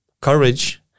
courage